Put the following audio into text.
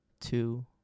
two